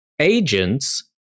Agents